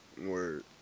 word